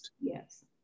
Yes